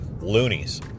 loonies